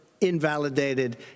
Invalidated